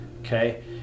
okay